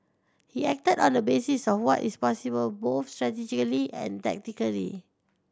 he acted on the basis of what is possible both strategically and tactically